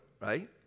right